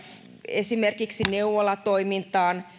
esimerkiksi neuvolatoimintaa ja